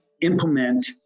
implement